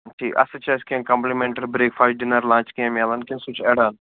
ٹھیٖک اَتھ سۭتۍ چھا اَسہِ کیٚنٛہہ complimentary breakfast dinner lunch کیٚنٛہہ میلان کِنہٕ سُہ چھُ ایڈ آن